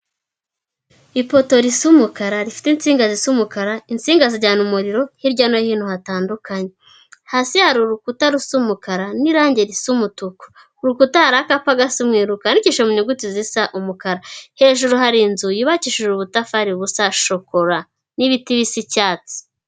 Ipoto risa umukara rifite insinga zisa umukara, insinga zijyana umuriro hirya no hino hatandukanye, hasi hari urukuta rusa umukara n'irangi risa umutuku, ku rukuta hari akapa gasa umweru kandikishije mu nyuguti zisa umukara, hejuru hari inzu yubakishije ubutafari busa shokora n'ibiti bisa icyatsi.